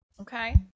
Okay